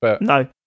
No